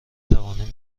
توانیم